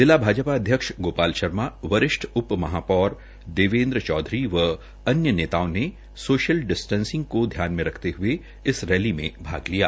जिला भाजपा अध्यक्ष गोपाल शर्मा वरिष्ठ उप महापौर देवेन्द्र चौधरी व अन्य नेताओं ने सोशल डिस्टेसिंग को ध्यान में रखते हये भाग लिया